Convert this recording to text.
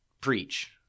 preach